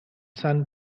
son